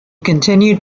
continued